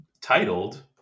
titled